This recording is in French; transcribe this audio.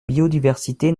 biodiversité